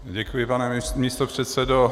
Děkuji, pane místopředsedo.